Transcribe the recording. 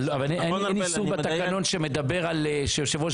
אבל אין איסור בתקנון שמדבר שיושב-ראש